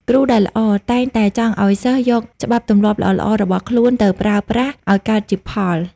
គ្រូដែលល្អ តែងតែចង់ឱ្យសិស្សយកច្បាប់ទម្លាប់ល្អៗរបស់ខ្លួនទៅប្រើប្រាស់ឱ្យកើតជាផល។